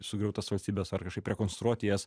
sugriautas valstybes ar kažkaip rekonstruot jas